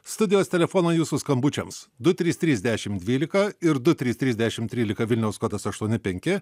studijos telefonai jūsų skambučiams du trys trys dešimt dvylika ir du trys dešimt trylika vilniaus kodas aštuoni penki